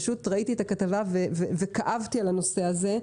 פשוט ראיתי את הכתבה וכאבתי על הנושא הזה.